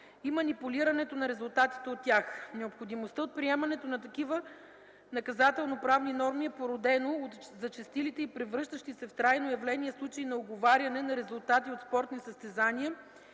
и манипулирането на резултатите от тях. Необходимостта от приемането на такива наказателноправни норми е породена от зачестилите и превръщащи се в трайно явление случаи на уговаряне на резултати от спортни състезания